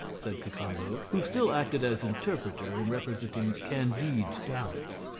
said cacambo, who still acted as interpreter in representing candide's doubts.